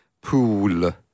pool